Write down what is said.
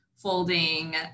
folding